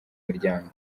muryango